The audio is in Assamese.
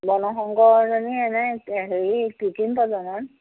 বৰ্ণ শংকৰজনী এনেই হেৰি কৃত্ৰিম প্ৰজনন